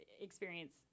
experience